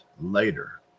later